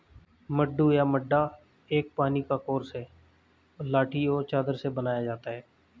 मड्डू या मड्डा एक पानी का कोर्स है लाठी और चादर से बनाया जाता है